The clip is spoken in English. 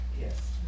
yes